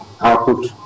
output